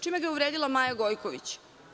Čime ga je uvredila Maja Gojković?